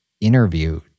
interview